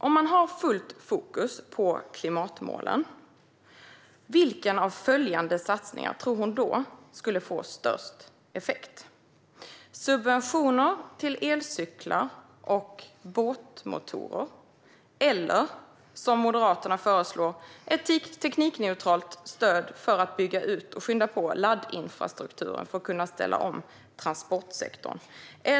Om man har fullt fokus på klimatmålen, vilken av följande satsningar - subventioner till elcyklar och båtmotorer eller, som Moderaterna föreslår, ett teknikneutralt stöd för att bygga ut laddinfrastruktur för att kunna ställa om transportsektorn - tror hon då skulle få störst effekt?